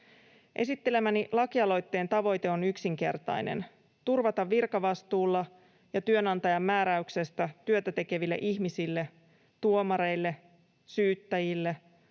Esittelemäni lakialoitteen tavoite on yksinkertainen: turvata virkavastuulla ja työnantajan määräyksestä työtä tekeville ihmisille — tuomareille, syyttäjille,